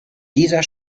dieser